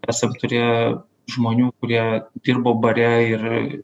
esam turėję žmonių kurie dirbo bare ir